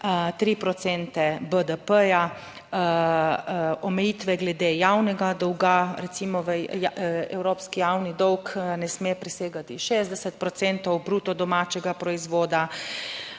BDP, omejitve glede javnega dolga, recimo v evropski javni dolg ne sme presegati 60 procentov bruto domačega proizvoda,